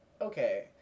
okay